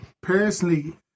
personally